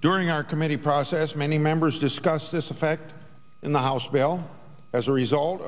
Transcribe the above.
during our committee process many members discussed this effect in the house bill as a result